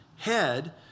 Head